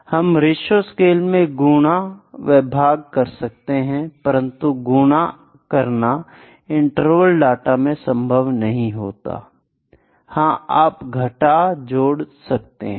हम रेशों स्केल में गुना व भाग कर सकते हैं परंतु गुणा करना इंटरवल डाटा में संभव नहीं होता हां आप घटा जोड़ कर सकते हैं